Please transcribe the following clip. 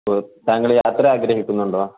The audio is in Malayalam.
താങ്കൾ യാത്ര ആഗ്രഹിക്കുന്നുണ്ടോ